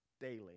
daily